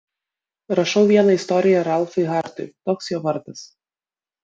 rašau vieną istoriją ralfai hartui toks jo vardas